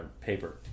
paper